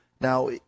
Now